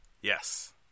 Yes